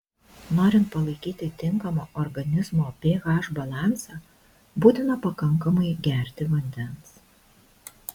norint palaikyti tinkamą organizmo ph balansą būtina pakankamai gerti vandens